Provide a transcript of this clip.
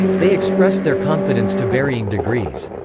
they expressed their confidence to varying degrees.